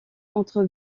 entre